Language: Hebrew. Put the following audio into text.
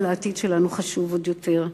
אבל העתיד חשוב עוד יותר,